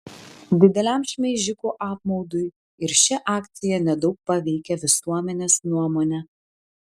dideliam šmeižikų apmaudui ir ši akcija nedaug paveikė visuomenės nuomonę